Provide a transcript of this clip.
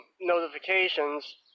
notifications